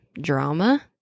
drama